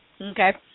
Okay